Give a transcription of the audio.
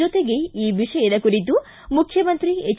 ಜೊತೆಗೆ ಈ ವಿಷಯದ ಕುರಿತು ಮುಖ್ಯಮಂತ್ರಿ ಎಚ್